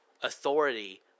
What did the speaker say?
authority